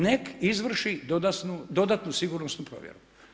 Nek izvrši dodatnu sigurnosnu provjeru.